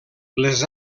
les